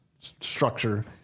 structure